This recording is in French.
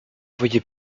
voyait